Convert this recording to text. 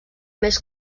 més